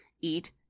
eat